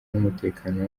n’umutekano